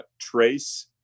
trace